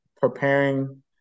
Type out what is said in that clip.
preparing